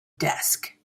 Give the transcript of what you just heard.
desk